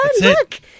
Look